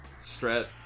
strat